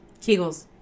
kegels